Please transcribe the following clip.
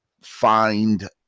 find